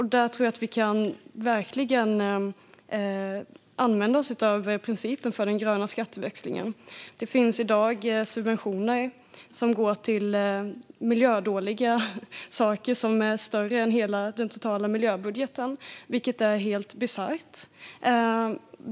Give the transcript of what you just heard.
Här tror jag att vi verkligen kan använda oss av principen för den gröna skatteväxlingen. I dag får miljödåliga saker subventioner som är större än den totala miljöbudgeten, vilket är helt bisarrt.